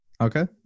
Okay